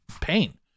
pain